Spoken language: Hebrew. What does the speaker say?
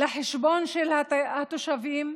לחשבון של התושבים,